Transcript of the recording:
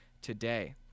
today